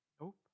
Nope